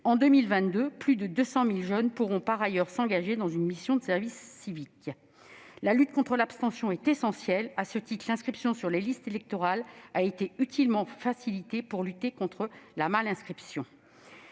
En 2022, plus de 200 000 jeunes pourront par ailleurs s'engager dans une mission de service civique. La lutte contre l'abstention est essentielle. À ce titre, l'inscription sur les listes électorales a été utilement facilitée pour lutter contre la mal-inscription.